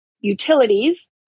utilities